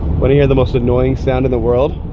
but to hear the most annoying sound in the world?